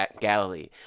galilee